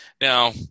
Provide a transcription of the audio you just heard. Now